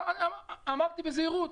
אמרתי בזהירות.